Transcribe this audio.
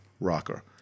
rocker